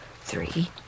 three